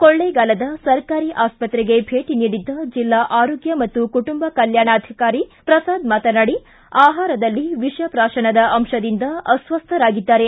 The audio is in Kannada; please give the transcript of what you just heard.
ಕೊಳ್ಳೇಗಾಲದ ಸರ್ಕಾರಿ ಆಸ್ಪತ್ರೆಗೆ ಭೇಟ ನೀಡಿದ್ದ ಜೆಲ್ಲಾ ಆರೋಗ್ಯ ಮತ್ತು ಕುಟುಂಬ ಕಲ್ಕಾಣಾಧಿಕಾರಿ ಪ್ರಸಾದ್ ಮಾತನಾಡಿ ಆಹಾರದಲ್ಲಿ ವಿಷ ಪ್ರಾಶನದ ಅಂಶದಿಂದ ಅಸ್ವಸ್ಥರಾಗಿದ್ದಾರೆ